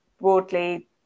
broadly